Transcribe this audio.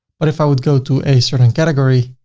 but if i would go to a certain category,